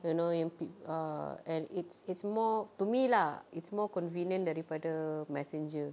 to knowing peo~ err and it's it's more to me lah it's more convenient daripada Messenger